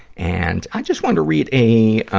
and, i just wanna read a, ah,